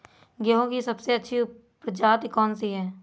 गेहूँ की सबसे अच्छी प्रजाति कौन सी है?